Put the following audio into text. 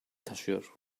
taşıyor